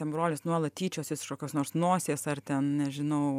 ten brolis nuolat tyčiosis iš kokios nors nosies ar ten nežinau